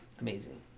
amazing